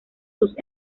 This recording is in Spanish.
sus